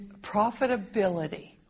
profitability